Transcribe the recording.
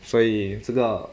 所以这个